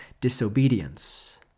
disobedience